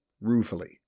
ruefully